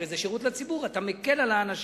הרי זה שירות לציבור, אתה מקל על האנשים.